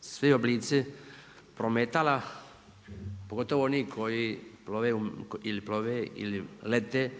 svi oblici prometala, pogotovo oni koji ili plove ili lete